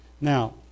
now